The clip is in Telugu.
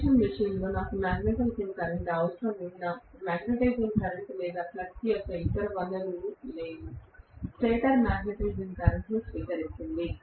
ఇండక్షన్ మెషీన్లో నాకు మాగ్నెటైజింగ్ కరెంట్ అవసరం ఉన్నా మాగ్నెటైజింగ్ కరెంట్ లేదా ఫ్లక్స్ యొక్క ఇతర వనరులు లేవు స్టేటర్ మాగ్నెటైజింగ్ కరెంట్ ను స్వీకరిస్తుంది